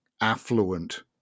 affluent